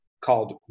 called